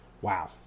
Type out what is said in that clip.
wow